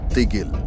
Tigil